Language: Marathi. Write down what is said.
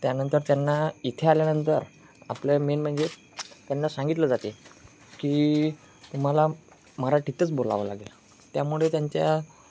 त्यानंतर त्यांना इथे आल्यानंतर आपलं मेन म्हणजे त्यांना सांगितलं जाते की तुम्हाला मराठीतच बोलावं लागेल त्यामुळे त्यांच्या